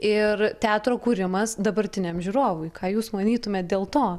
ir teatro kūrimas dabartiniam žiūrovui ką jūs manytumėt dėl to